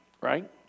right